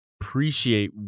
appreciate